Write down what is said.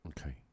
okay